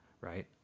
right